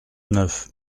neuf